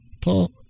Paul